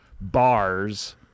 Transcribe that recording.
bars